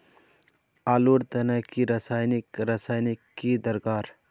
आलूर तने की रासायनिक रासायनिक की दरकार?